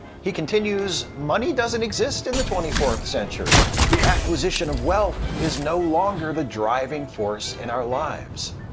he continues, money doesn't exist in the twenty fourth century. the acquisition of wealth is no longer the driving force in our lives.